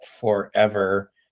forever